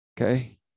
okay